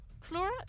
Flora